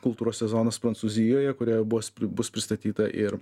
kultūros sezonas prancūzijoje kurioje bus bus pristatyta ir